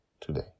today